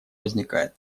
возникает